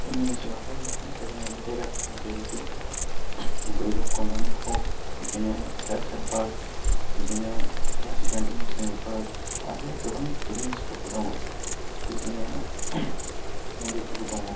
जोंनि ओनसोलावथ' गोबां बेरायनाइनि जायगाफोर दं जेरैबायदि बैरब खन्द'आनो हग बिदिनो फिसा फिसा पार्क बिदिनो राजिब गान्धि नेशनेल पार्क आरो गोबां पिगनिक स्पटफोर दङ बिदिनो मन्दिरफोरबो दङ